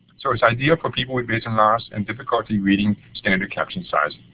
so it is ideal for people with vision loss and difficulty reading standard caption size.